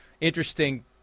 interesting